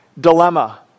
Dilemma